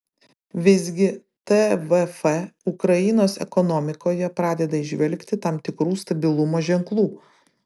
visgi tvf ukrainos ekonomikoje pradeda įžvelgti tam tikrų stabilumo ženklų